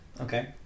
Okay